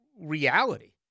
reality